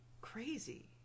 crazy